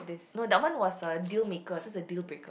no that one was a deal maker this is a deal breaker